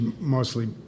mostly